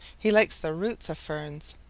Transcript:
he likes the roots of ferns.